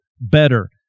better